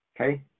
Okay